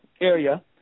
area